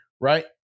Right